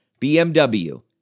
BMW